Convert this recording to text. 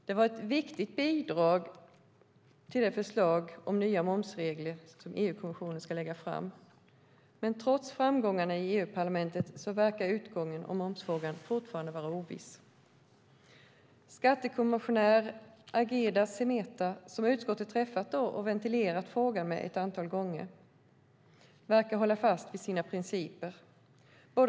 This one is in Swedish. Det var ett viktigt bidrag till det förslag om nya momsregler som EU-kommissionen ska lägga fram, men trots framgångarna i EU-parlamentet verkar utgången i momsfrågan fortfarande vara oviss. Skattekommissionär Algirdas Semeta, som utskottet träffat och ventilerat frågan med ett antal gånger, verkar hålla fast vid sina principer.